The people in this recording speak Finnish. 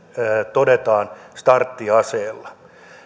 todetaan starttiaseella